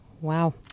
Wow